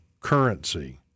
currency